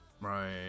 right